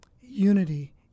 unity